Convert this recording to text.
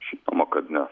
žinoma kad ne